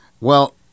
Well-